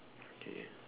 okay